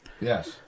Yes